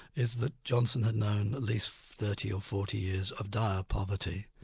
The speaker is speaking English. is that johnson had known at least thirty or forty years of dire poverty,